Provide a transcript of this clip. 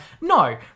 no